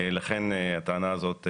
לכן הטענה הזאת,